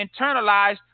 internalized